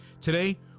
Today